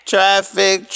Traffic